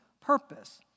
purpose